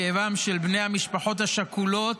כאבם של בני המשפחות השכולות